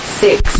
six